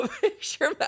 picture